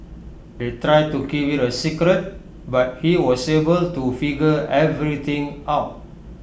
they tried to keep IT A secret but he was able to figure everything out